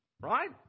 right